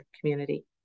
community